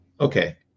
Okay